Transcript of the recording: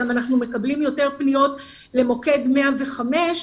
אנחנו גם מקבלים יותר פניות למוקד 105,